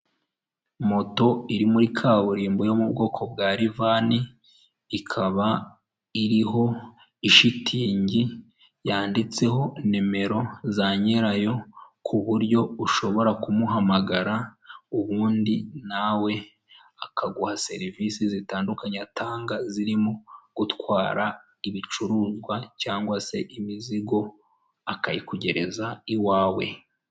Moto iri muri kaburimbo yo mu bwoko bwa rivani, ikaba iriho ishitingi yanditseho nimero za nyirayo ku buryo ushobora kumuhamagara ubundi nawe akaguha serivisi zitandukanye atanga zirimo, gutwara ibicuruzwa cyangwa se imizigo akayikugereza iwawe.